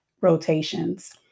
rotations